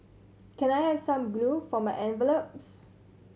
can I have some glue for my envelopes